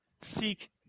Seek